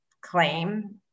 claim